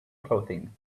clothing